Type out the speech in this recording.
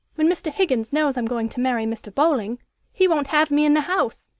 when mr. higgins knows i'm going to marry mr. bowling he won't have me in the house,